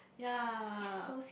ya